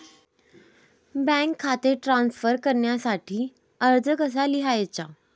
Bank खाते transfer करण्यासाठी अर्ज कसा लिहायचा?